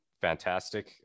fantastic